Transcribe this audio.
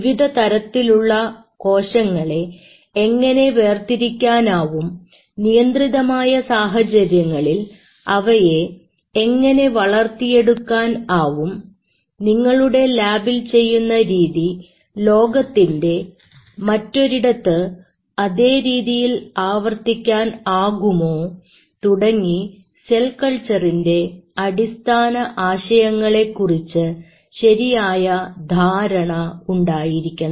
വിവിധ തരത്തിലുള്ള കോശങ്ങളെ എങ്ങനെ വേർതിരിക്കാനാവും നിയന്ത്രിതമായ സാഹചര്യങ്ങളിൽ അവയെ എങ്ങനെ വളർത്തിയെടുക്കാൻ ആവും നിങ്ങളുടെ ലാബിൽ ചെയ്യുന്ന രീതി ലോകത്തിൻറെ മറ്റൊരിടത്ത് അതേരീതിയിൽ ആവർത്തിക്കാൻ ആകുമോ തുടങ്ങി സെൽ കൾച്ചറിന്റെ അടിസ്ഥാന ആശയങ്ങളെ കുറിച്ച് ശരിയായ ധാരണ ഉണ്ടായിരിക്കണം